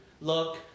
Look